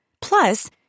Plus